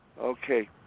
Okay